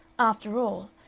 after all,